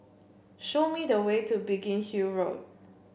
show me the way to Biggin Hill Road